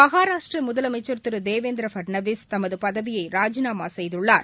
மகாராஷ்டிரமுதலமைச்சர் திருதேவேந்திரபட்னவில் தமதுபதவியைராஜினாமாசெய்துள்ளார்